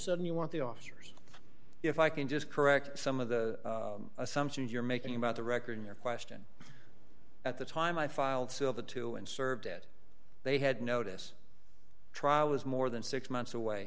sudden you want the officers if i can just correct some of the assumptions you're making about the record in your question at the time i filed silva two and served it they had notice trial was more than six months away